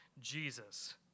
Jesus